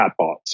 chatbots